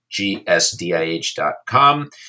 gsdih.com